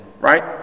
right